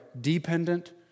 dependent